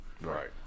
Right